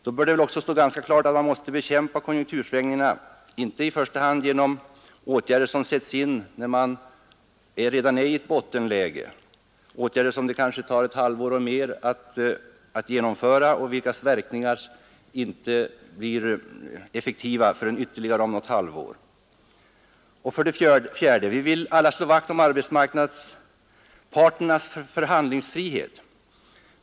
Det bör då även stå ganska klart att man måste bekämpa konjunktursvängningarna inte i första hand genom åtgärder som sätts in när man redan är i ett bottenläge, åtgärder som kanske tar ett halvår och mer att genomföra och vilkas verkningar inte blir effektiva förrän efter ytterligare något halvår. För det fjärde: Vi vill att alla slår vakt om arbetsmarknadsparternas förhandlingsfrihet.